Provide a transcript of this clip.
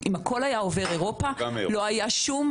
אם הכל היה עובר אירופה, לא היה שום,